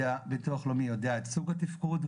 ביטוח לאומי יודע את סוג התפקוד,